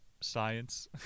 science